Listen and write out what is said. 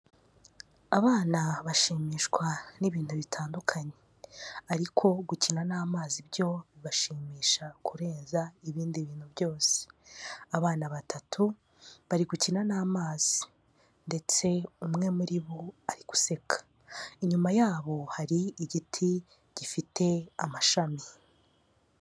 Abana bashimishwa n'ibintu bitandukanye. Ariko gukina n'amazi byo bibashimisha kurenza ibindi bintu byose. Abana batatu bari gukina n'amazi ndetse umwe muri bo ari guseka. Inyuma yabo hari igiti gifite amashami.